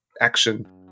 action